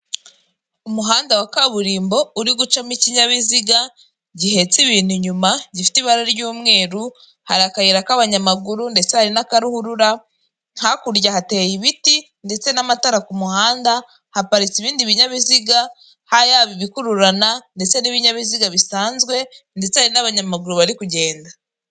Umuhanda wa kaburimbo uri gucamo ikinyabiziga gihetse ibintu inyuma gifite ibara ry'umweru hari akayira k'abanyamaguru ndetse hari n'akaruhurura, hakurya hateye ibiti ndetse n'amatara kumuhanda, haparitse ibindi binyabiziga harimo ibikururana, ibinyabiziga bisanzwe ndetse hari n'abanyamaguru bari kugenda.